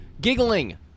giggling